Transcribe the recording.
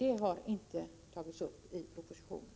Det har inte tagits upp i propositionen.